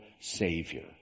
Savior